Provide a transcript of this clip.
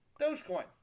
Dogecoin